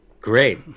great